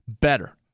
better